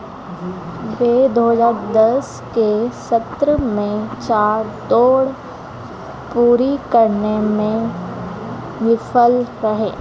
वे दो हज़ार दस के सत्रह में चार दौड़ पूरी करने में विफल रहे